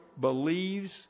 believes